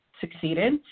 succeeded